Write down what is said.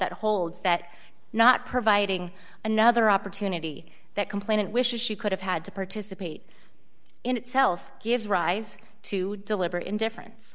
that holds that not providing another opportunity that complainant wishes she could have had to participate in itself gives rise to deliberate indifference